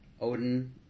Odin